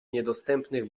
niedostępnych